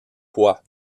poids